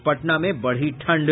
और पटना में बढ़ी ठंड